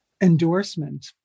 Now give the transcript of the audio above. endorsement